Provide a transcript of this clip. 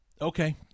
Okay